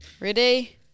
Ready